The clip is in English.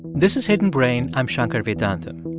this is hidden brain. i'm shankar vedantam.